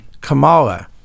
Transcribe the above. kamala